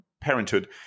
parenthood